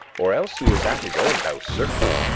or else he is at his own house certain.